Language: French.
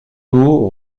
tout